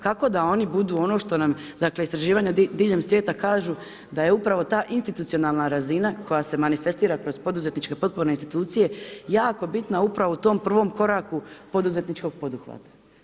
Kako da oni budu ono što nam istraživanja diljem svijeta kažu, da je upravo ta institucionalna razina koja se manifestira kroz poduzetničke potporne institucije jako bitna upravo u tom prvom koraku poduzetničkog poduhvata.